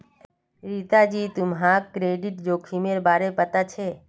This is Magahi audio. रीता जी, तुम्हाक क्रेडिट जोखिमेर बारे पता छे?